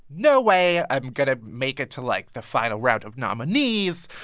no way i'm going to make it to, like, the final round of nominees.